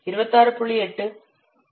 8 ஊழியர்களின் மாதங்களாக இருக்கும்